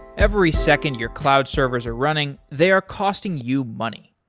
every second your cloud servers are running, they are costing you money.